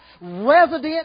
resident